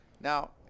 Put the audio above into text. Now